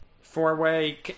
Four-way